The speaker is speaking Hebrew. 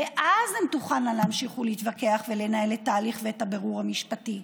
ואז הן תוכלנה להמשיך ולהתווכח ולנהל את ההליך ואת הבירור המשפטי.